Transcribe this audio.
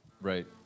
Right